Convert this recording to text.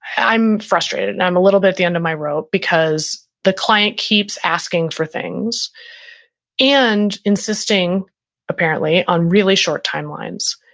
i'm frustrated and i'm a little bit at the end of my rope because the client keeps asking for things and insisting apparently on really short timelines.